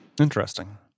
Interesting